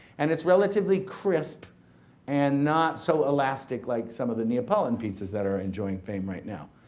and it's relatively crisp and not so elastic like some of the neapolitan pizzas that are enjoying fame right now.